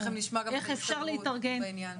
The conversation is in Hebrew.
איך אפשר להתארגן?